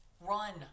run